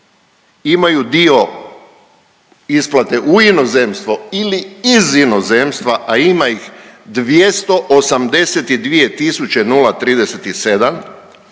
imaju dio isplate u inozemstvo ili iz inozemstva, a ima ih 282.037